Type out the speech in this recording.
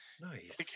nice